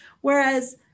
Whereas